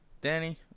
danny